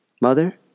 Mother